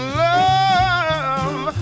love